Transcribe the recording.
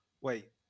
wait